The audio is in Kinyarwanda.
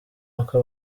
uko